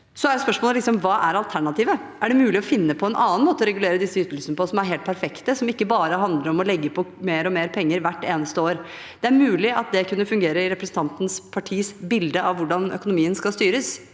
Hva er alternativet? Er det mulig å finne en annen måte å regulere disse ytelsen på som er helt perfekt, som ikke bare handler om å legge på mer og mer penger hvert eneste år. Det er mulig at det kunne fungere i representantens partis bilde av hvordan økonomien skal styres.